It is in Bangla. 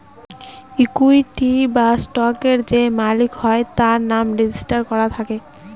ইকুইটি বা স্টকের যে মালিক হয় তার নাম রেজিস্টার করা থাকে